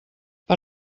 per